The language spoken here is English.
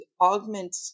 augment